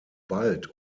bald